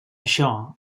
això